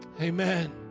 Amen